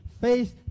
Face